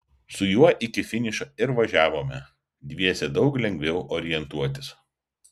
su juo iki finišo ir važiavome dviese daug lengviau orientuotis